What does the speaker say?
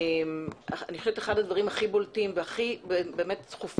אני חושבת שאחד הדברים הכי בולטים והכי דחופים,